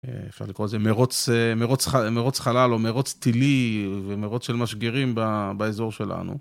אפשר לקרוא לזה מרוץ חלל או מרוץ טילי ומרוץ של משגרים באזור שלנו.